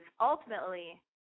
ultimately